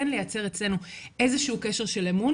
כן לייצר אצלנו איזשהו קשר של אמון